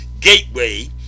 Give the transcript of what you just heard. gateway